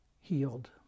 healed